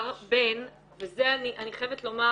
וזה אני חייבת לומר